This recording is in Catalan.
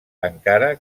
encara